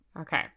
okay